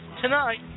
Tonight